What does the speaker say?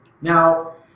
Now